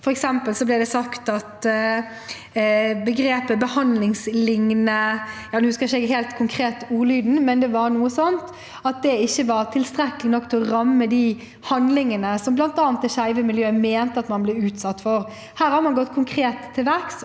For eksempel ble det sagt at begrepet «behandlingslignende» – jeg husker ikke helt konkret ordlyden, men det var noe sånt – ikke var tilstrekkelig til å ramme de handlingene som bl.a. det skeive miljøet mente at man ble utsatt for. Her har man gått konkret til verks